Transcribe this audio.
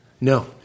no